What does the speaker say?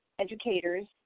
educators